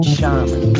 Shaman